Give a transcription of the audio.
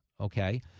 Okay